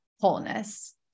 wholeness